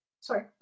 sorry